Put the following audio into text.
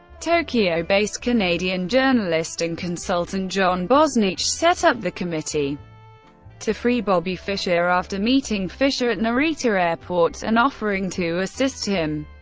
tokyo-based canadian journalist and consultant john bosnitch set up the committee to free bobby fischer after meeting fischer at narita airport and offering to assist him.